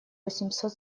восемьсот